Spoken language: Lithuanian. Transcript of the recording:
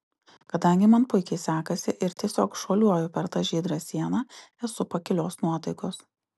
kadangi man puikiai sekasi ir tiesiog šuoliuoju per tą žydrą sieną esu pakilios nuotaikos